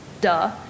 duh